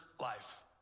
life